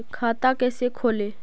खाता कैसे खोले?